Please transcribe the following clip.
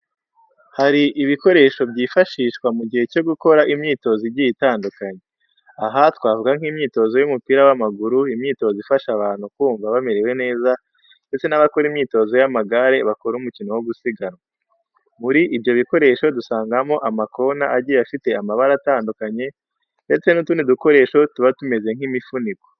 Hari ibikoresho byifashishwa mu gihe cyo gukora imyitozo igiye itandukanye. Aha twavuga nk'imyitozo y'umupira w'amaguru, imyitozo ifasha abantu kumva bamerewe neza ndetse n'abakora imyitozo y'amagare bakora umukino wo gusiganwa. Muri ibyo bikoresho dusangama amakona agiye afite amabara atandukanye ndetse n'utundi dukoresho tuba tumeze nk'imifuniko.